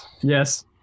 Yes